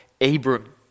Abram